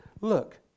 look